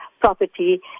property